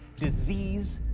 disease,